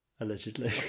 allegedly